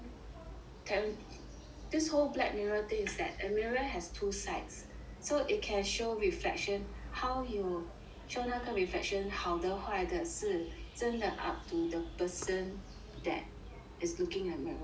then this whole black mirror thing is that a mirror has two sides so it can show reflection how you show 那个 reflection 好的坏的是真的 up to the person that is looking in a mirror